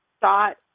thought